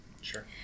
Sure